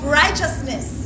righteousness